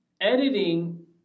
editing